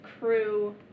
crew